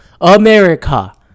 America